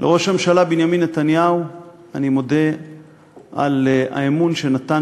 לראש הממשלה בנימין נתניהו אני מודה על האמון שנתן